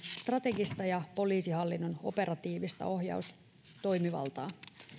strategista ja poliisihallinnon operatiivista ohjaustoimivaltaa